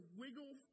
wiggle